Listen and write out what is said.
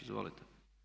Izvolite.